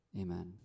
Amen